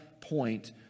point